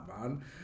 man